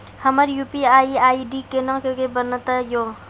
हमर UPI ID कोना के बनत यो?